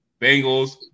Bengals